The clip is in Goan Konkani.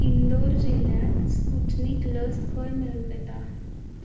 इन्दौर जिल्ल्यांत स्पुटनिक लस खंय मेळूंक येता